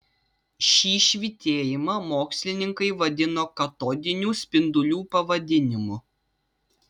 šį švytėjimą mokslininkai vadino katodinių spindulių pavadinimu